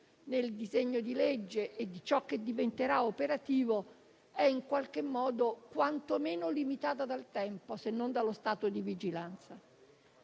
nel disegno di legge e di ciò che diventerà operativo è quantomeno limitata dal tempo, se non dallo stato di vigilanza.